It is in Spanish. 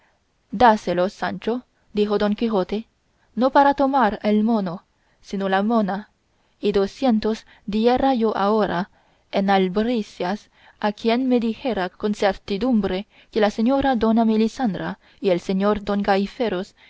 dáselos sancho dijo don quijote no para tomar el mono sino la mona y docientos diera yo ahora en albricias a quien me dijera con certidumbre que la señora doña melisendra y el señor don gaiferos